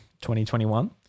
2021